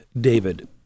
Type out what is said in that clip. David